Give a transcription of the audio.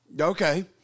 okay